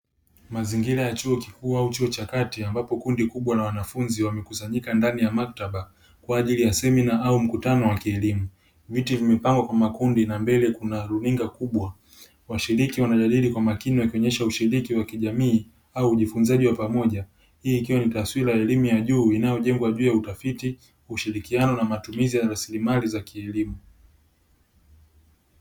Mazingira ya chuo kikuu au chuo cha kati ambapo kundi kubwa la wanafunzi wamekusanyika ndani ya maktaba kwa ajili ya semina au mkutano wa kielimu viti vimepangwa kwa makundi na mbele kuna runinga kubwa, washiriki wana jadili kwa makini wakionesha ushiriki wa kijamii au ujifunzaji wa pamoja, hii ikiwa ni taswira ya elimu ya juu inayojengwa juu ya utafiti, ushirikiano na matumizi ya rasilimali za kielimu.